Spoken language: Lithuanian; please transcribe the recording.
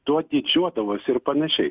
tuo didžiuodavosi ir panašiai